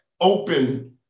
open